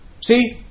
See